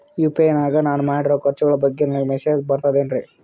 UPI ನಾಗ ನಾನು ಮಾಡಿರೋ ಖರ್ಚುಗಳ ಬಗ್ಗೆ ನನಗೆ ಮೆಸೇಜ್ ಬರುತ್ತಾವೇನ್ರಿ?